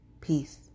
Peace